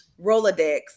Rolodex